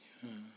mm